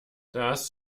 das